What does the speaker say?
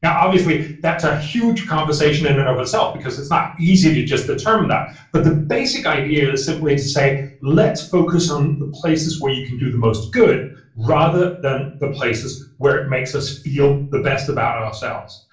obviously, that's a huge conversation and but in-and-of itself because it's not easy to just determine that but the basic idea is simply to say let's focus on the places where you can do the most good rather than the places where it makes us feel the best about ourselves.